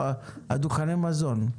דוכני המזון,